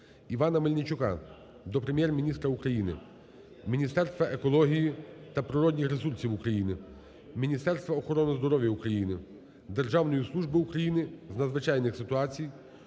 Івана Мельничука до Прем'єр-міністра України, Міністерства екології та природних ресурсів України, Міністерства охорони здоров'я України, Державної служби України з надзвичайних ситуацій